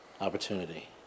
opportunity